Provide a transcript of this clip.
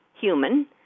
human